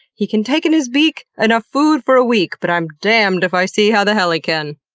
he can take in his beak enough food for a week but i'm damned if i see how the helican!